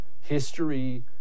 history